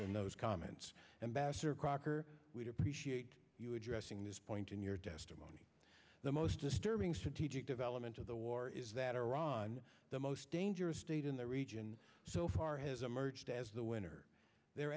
in those comments and bastard or we'd appreciate you addressing this point in your testimony the most disturbing strategic development of the war is that iran the most dangerous state in the region so far has emerged as the winner their